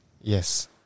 Yes